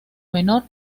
menor